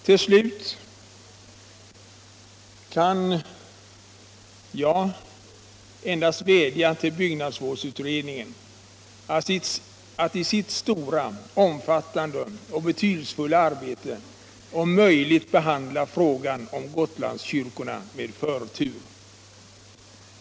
Till slut kan jag endast vädja till byggnadsvårdsutredningen att i sitt stora, omfattande och betydelsefulla arbete om möjligt behandla frågan om Gotlandskyrkorna med förtur.